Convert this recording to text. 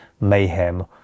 mayhem